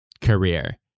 career